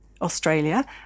Australia